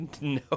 no